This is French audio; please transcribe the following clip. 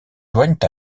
joignent